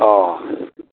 अ